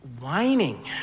whining